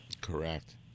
Correct